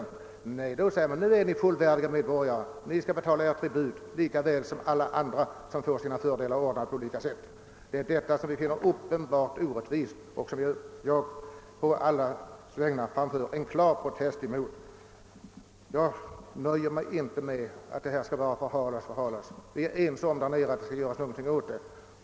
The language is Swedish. Nej, då säger man: Ni är fullvärdiga medborgare, ni skall ge er tribut lika väl som alla andra. Det är detta vi finner uppenbart orättvist och mot detta framför jag på allas vägnar en skarp protest. Vi nöjer oss inte med att denna fråga förhalas och förhalas. Vi är där nere ense om att det skall göras någonting åt det.